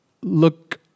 look